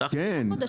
כן.